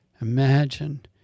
Imagine